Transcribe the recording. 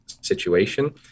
situation